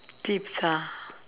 tips ah